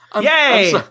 Yay